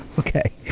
okay.